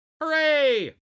Hooray